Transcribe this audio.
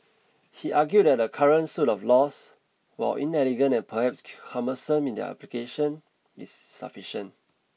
he argued that the current suite of laws while inelegant and perhaps cumbersome in their application is sufficient